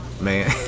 man